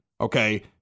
okay